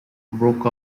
broke